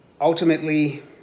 Ultimately